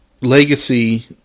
legacy